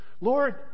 Lord